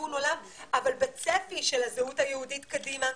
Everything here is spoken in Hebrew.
תיקון עולם אבל בצפי של הזהות היהודית קדימה.